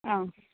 आ